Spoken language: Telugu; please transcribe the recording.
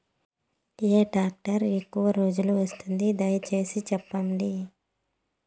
ఏ టాక్టర్ ఎక్కువగా రోజులు వస్తుంది, దయసేసి చెప్పండి?